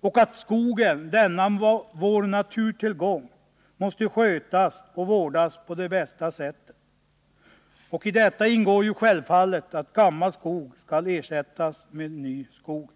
och om att skogen, denna vår stora naturtillgång, måste skötas och vårdas på det bästa sättet. I detta ingår självfallet att gammal skog skall ersättas med ny skog.